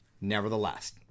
nevertheless